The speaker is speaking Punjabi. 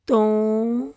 ਤੋਂ